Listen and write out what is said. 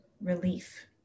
relief